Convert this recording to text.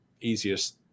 easiest